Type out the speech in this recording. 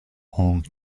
hung